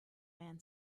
man